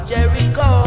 Jericho